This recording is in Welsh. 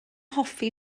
hoffi